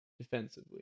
Defensively